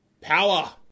Power